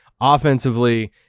offensively